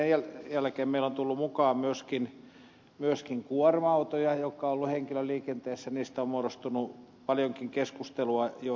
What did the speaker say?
sen jälkeen meillä on tullut mukaan myöskin kuorma autoja jotka ovat olleet henkilöliikenteessä niistä on muodostunut jo paljonkin keskustelua helsingissä